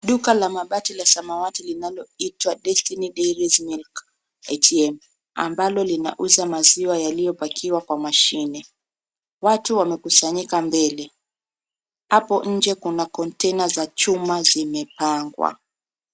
Duka la mabati la samawati linaloitwa Destiny Dairies Milk ATM ambalo linauza maziwa yaliyopakiwa kwa mashine. Watu wamekusanyika mbele. Hapo nje kuna container za chuma zimepangwa.